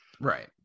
Right